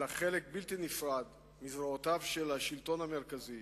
אלא חלק בלתי נפרד מזרועותיו של השלטון המרכזי,